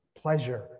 pleasure